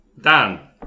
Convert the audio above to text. Done